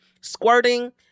squirting